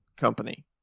company